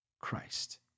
Christ